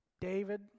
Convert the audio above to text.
David